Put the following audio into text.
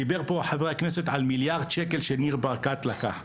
דיבר פה חבר הכנסת על הלוואה של מיליארד שקל שניר ברקת לקח בירושלים.